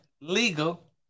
legal